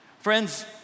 Friends